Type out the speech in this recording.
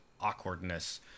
awkwardness